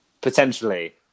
Potentially